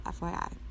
FYI